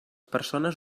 persones